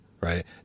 Right